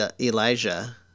Elijah